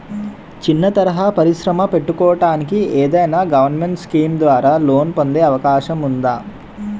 చిన్న తరహా పరిశ్రమ పెట్టుకోటానికి ఏదైనా గవర్నమెంట్ స్కీం ద్వారా లోన్ పొందే అవకాశం ఉందా?